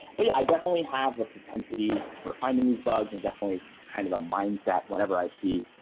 but yeah, i definitely have a propensity for finding these bugs and definitely kind of a mindset whenever i see,